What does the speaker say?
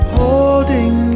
holding